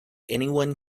anyone